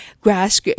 grass